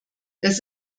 das